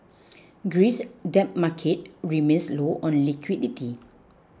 Greece's debt market remains low on liquidity